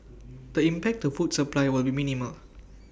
the impact to food supply will be minimal